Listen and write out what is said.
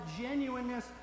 genuineness